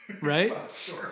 right